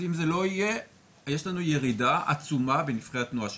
אז אם זה לא יהיה תהיה לנו ירידה עצומה בנפחי התנועה שנכנסים.